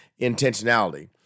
intentionality